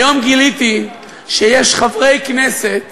היום גיליתי שיש חברי כנסת